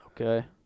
Okay